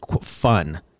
fun